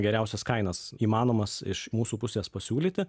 geriausias kainas įmanomas iš mūsų pusės pasiūlyti